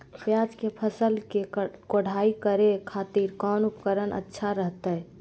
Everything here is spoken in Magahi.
प्याज के फसल के कोढ़ाई करे खातिर कौन उपकरण अच्छा रहतय?